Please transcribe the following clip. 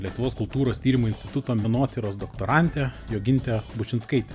lietuvos kultūros tyrimų instituto menotyros doktorante joginte bučinskaite